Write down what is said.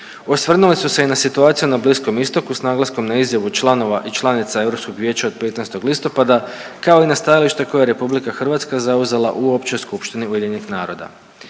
Osvrnuli su se i na situaciju na Bliskom istoku s naglaskom na izjavu članova i članica Europskog vijeća od 15. listopada kao i na stajalište koje je RH zauzela u Općoj skupštini Ujedinjenih naroda.